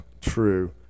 true